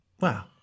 wow